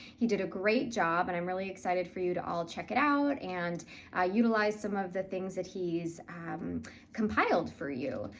he did a great job, and i'm really excited for you to all check it out and ah utilize some of the things that he's um compiled for you.